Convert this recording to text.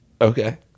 Okay